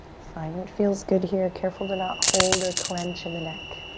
find what feels good here. careful to not hold or clench in the neck.